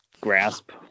grasp